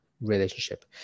relationship